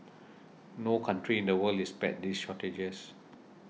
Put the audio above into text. no country in the world is spared these shortages